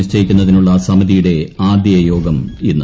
നിശ്ചയിക്കുന്നതിനുള്ള സമിതിയുടെ ആദ്യയോഗം ഇന്ന്